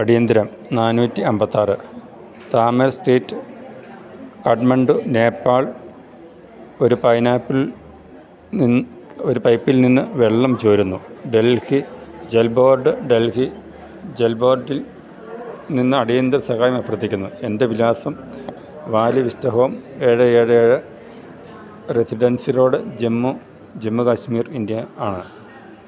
അടിയന്തരം നാന്നൂറ്റി അമ്പത്തിയാറ് താമൽ സ്റ്റേറ്റ് കാഠ്മണ്ഡു നേപ്പാൾ ഒരു പൈപ്പിൽ നിന്ന് വെള്ളം ചോരുന്നു ഡൽഹി ജൽ ബോർഡിൽ നിന്ന് അടിയന്തര സഹായം അഭ്യർത്ഥിക്കുന്നു എൻ്റെ വിലാസം വാലി വിസ്റ്റ ഹോം ഏഴ് ഏഴ് ഏഴ് residency road Jammu Jammu Kashmir India ആണ്